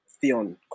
Theon